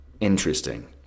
Interesting